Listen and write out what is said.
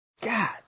God